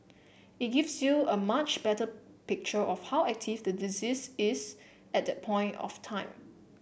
it gives you a much better picture of how active the disease is at that point of time